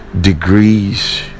degrees